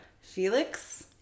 Felix